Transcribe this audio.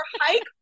hike